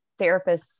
therapists